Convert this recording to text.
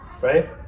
Right